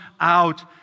out